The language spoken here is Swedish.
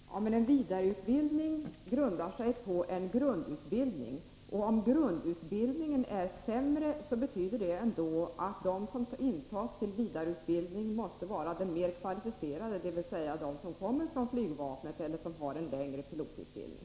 Herr talman! En vidareutbildning bygger på en grundutbildning. Om grundutbildningen är sämre betyder det att de som antas till vidareutbildningen måste vara de mer kvalificerade, dvs. de som kommer från flygvapnet eller har en längre pilotutbildning.